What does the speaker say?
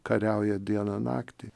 kariauja dieną naktį